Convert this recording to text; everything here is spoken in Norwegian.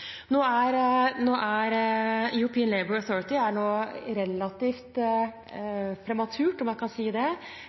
European Labour Authority er relativt prematurt, om man kan si det.